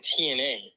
TNA